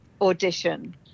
audition